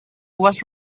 was